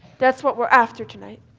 that's what we're after tonight.